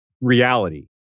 reality